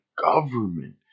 government